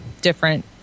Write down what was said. different